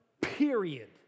period